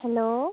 hello